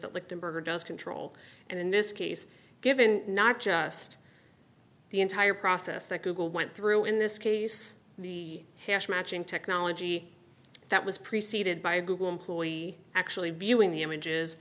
that lichtenberg or does control and in this case given not just the entire process that google went through in this case the matching technology that was preceded by a google employee actually viewing the images